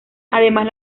además